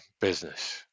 business